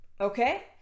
Okay